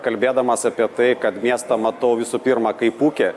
kalbėdamas apie tai kad miestą matau visų pirma kaip ūkę